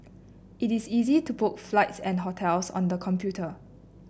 it is easy to book flights and hotels on the computer